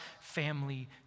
family